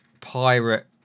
pirate